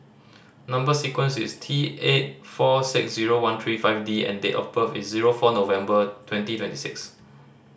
number sequence is T eight four six zero one three five D and date of birth is zero four November twenty twenty six